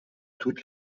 toute